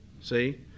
See